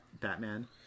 Batman